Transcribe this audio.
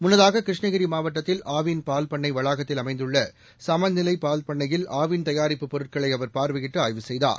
முன்னதாக கிருஷ்ணகிரி மாவட்டத்தில் ஆவின் பால்பண்ணை வளாகத்தில் அமைந்துள்ள சமநிலை பால்பண்ணையில் ஆவின் தயாரிப்புப் பொருட்களை அவர் பார்வையிட்டு ஆய்வு செய்தார்